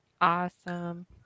awesome